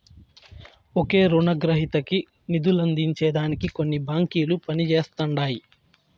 ఒకే రునగ్రహీతకి నిదులందించే దానికి కొన్ని బాంకిలు పనిజేస్తండాయి